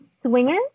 swinger